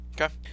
Okay